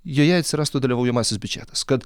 joje atsirastų dalyvaujamasis biudžetas kad